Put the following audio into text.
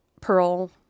Pearl